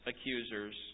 accusers